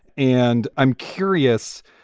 and i'm curious,